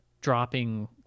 dropping